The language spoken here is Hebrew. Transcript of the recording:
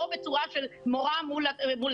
או בצורה של מורה פרטנית לכל תלמיד?